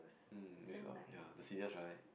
um its all ya the seniors right